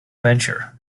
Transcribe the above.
venture